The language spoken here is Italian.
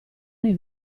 nei